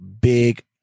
big